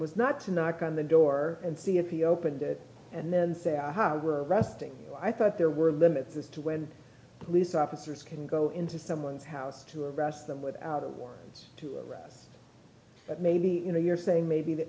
was not to knock on the door and see if he opened it and then say aha were resting i thought there were limits as to when police officers can go into someone's house to arrest them without a warrant to arrest us but maybe you know you're saying maybe that